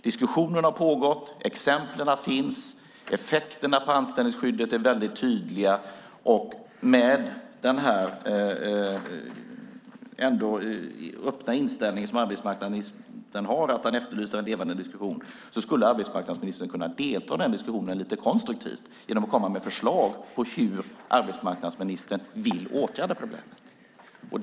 Diskussionen har pågått, exemplen finns och effekterna på anställningsskyddet är väldigt tydliga. Med tanke på den öppna inställning som arbetsmarknadsministern har, att han efterlyser en levande diskussion, skulle arbetsmarknadsministern kunna delta i den diskussionen lite konstruktivt genom att komma med förslag på hur han vill åtgärda problemet.